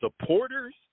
supporters